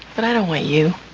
but i don't want you.